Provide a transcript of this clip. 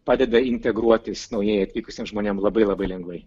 padeda integruotis naujai atvykusiem žmonėm labai labai lengvai